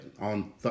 on